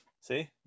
See